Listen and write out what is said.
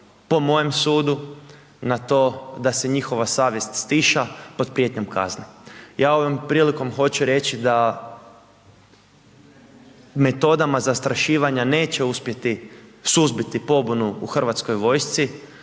po mojem sudu, na to da se njihova savjest stiša pod prijetnjom kazne. Ja ovom prilikom hoću reći da metodama zastrašivanja neće uspjeti suzbiti pobunu u Hrvatskoj vojsci,